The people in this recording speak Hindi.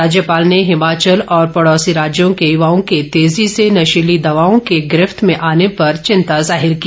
राज्यपाल ने हिमाचल और पड़ोसी राज्यों के युवाओं के तेजी से नशीली दवाओं के गिरफत मे आने पर चिंता जाहिर की